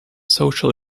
social